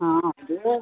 ആണോ ഇത്